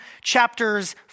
chapters